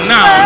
Now